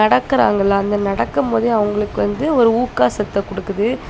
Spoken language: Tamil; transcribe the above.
நடக்கிறாங்கல்ல அந்த நடக்கும்போதே அவங்களுக்கும் வந்து ஒரு ஊக்க சத்து கொடுக்குது